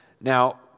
Now